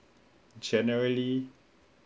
generally